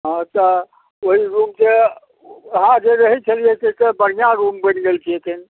हँ तऽ ओहि रूमके अहाँ जे रहय छलियै तैसँ बढ़िआँ रूम बनि गेल छै एखन